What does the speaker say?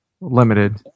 limited